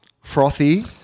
Frothy